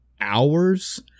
hours